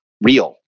real